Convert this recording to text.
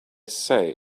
say